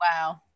Wow